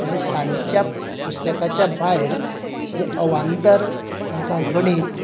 जेन्ना शाळेच्या पुस्तकांच्या भायर जें अवांतर तांकां गणीत